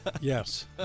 Yes